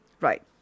Right